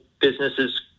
businesses